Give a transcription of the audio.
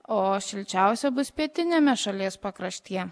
o šilčiausia bus pietiniame šalies pakraštyje